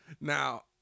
Now